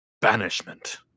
banishment